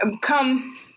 come